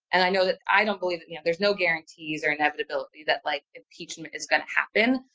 and i know that, i don't believe that, you know, there's no guarantees or inevitability that like impeachment is going to happen,